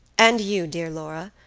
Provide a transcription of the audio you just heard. and you, dear laura,